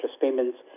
payments